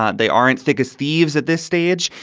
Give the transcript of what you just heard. ah they aren't thick as thieves at this stage.